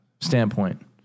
standpoint